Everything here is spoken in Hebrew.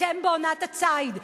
אתם בעונת הציד.